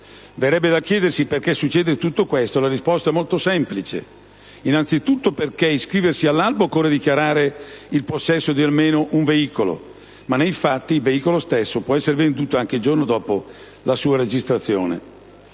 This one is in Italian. Verrebbe da chiedersi perché succede tutto questo e la risposta è molto semplice: innanzitutto perché per iscriversi all'albo occorre dichiarare il possesso di almeno un veicolo, ma nei fatti il veicolo stesso può essere venduto anche il giorno dopo la sua registrazione.